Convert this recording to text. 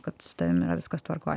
kad su tavimi yra viskas tvarkoj